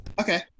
Okay